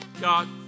God